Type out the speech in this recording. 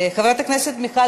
חברת הכנסת מיכל